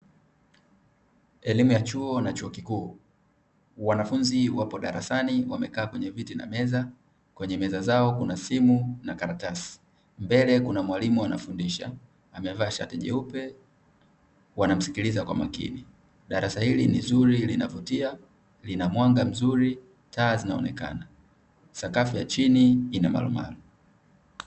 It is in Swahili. Elimu ya chuo na chuo Kikuu. Wanafunzi wapi darasani wamekaa kwenye viti na meza, kwenye meza zao kuna simu na karatasi, mbele kuna mwalimu anafundisha, amevaa shati jeupe, wanamsikiliza kwa makini. Darasa hili ni zuri linavutia, lina mwanga mzuri, taa zinaonekana, sakafu ya chini ina marumaru.